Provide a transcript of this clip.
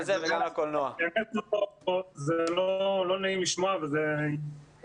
לא נעים לשמוע את הדברים.